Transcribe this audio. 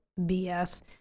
bs